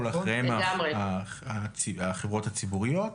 ואחריהם החברות הציבוריות.